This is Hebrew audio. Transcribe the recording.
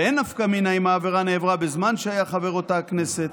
ואין נפקא מינא אם העבירה נעברה בזמן שהיה חבר אותה הכנסת,